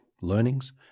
learnings